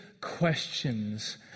questions